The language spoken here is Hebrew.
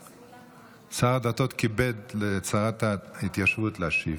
שר הדתות כיבד את שרת ההתיישבות להשיב.